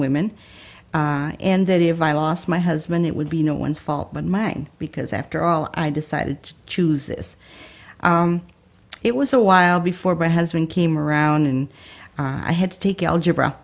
women and that if i lost my husband it would be no one's fault but mine because after all i decided to choose this it was a while before but husband came around and i had to take algebra